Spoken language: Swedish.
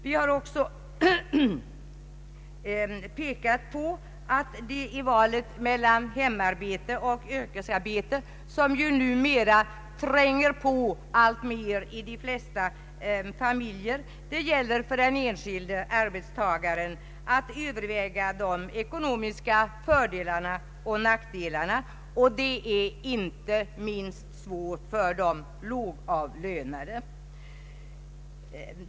Vi har också pekat på att det i valet mellan hemarbete och yrkesarbete, som ju numera tränger på alltmer i de flesta familjer, gäller för den enskilde arbetstagaren att överväga de ekonomiska fördelarna och nackdelarna, och det är inte minst svårt för de lågavlönade.